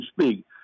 speak